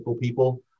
people